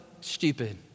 stupid